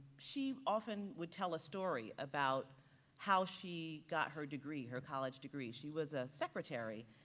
she often would tell a story about how she got her degree, her college degree. she was a secretary